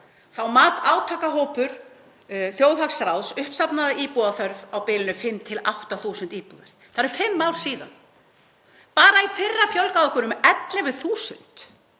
mat átakshópur þjóðhagsráðs uppsafnaða íbúðaþörf á bilinu 5.000–8.000 íbúðir. Það eru fimm ár síðan. Bara í fyrra fjölgaði okkur um 11.000